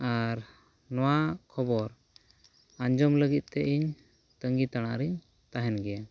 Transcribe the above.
ᱟᱨ ᱱᱚᱣᱟ ᱠᱷᱚᱵᱚᱨ ᱟᱸᱡᱚᱢ ᱞᱟᱹᱜᱤᱫᱛᱮ ᱤᱧ ᱛᱟᱹᱜᱤ ᱛᱟᱲᱟᱜ ᱨᱮᱧ ᱛᱟᱦᱮᱱ ᱜᱮᱭᱟ